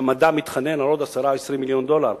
כשהמדע מתחנן לעוד 10 20 מיליון דולר,